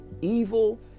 evil